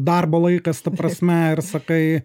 darbo laikas ta prasme ir sakai